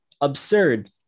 absurd